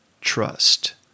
trust